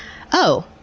oh,